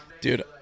Dude